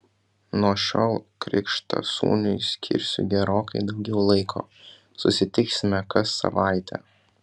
nuo šiol krikštasūniui skirsiu gerokai daugiau laiko susitiksime kas savaitę